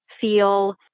feel